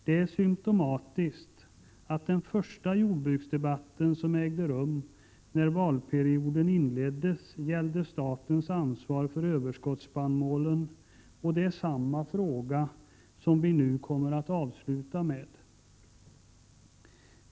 Det är symptomatiskt att den första jordbruksdebatt som ägde rum när valperioden inleddes gällde statens ansvar för överskottsspannmålen, och det är samma fråga som vi nu kommer att avsluta med.